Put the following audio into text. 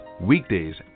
weekdays